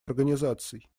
организаций